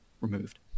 removed